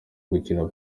gukina